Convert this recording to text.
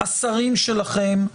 השרים שלכם,